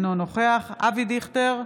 אינו נוכח אבי דיכטר,